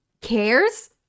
cares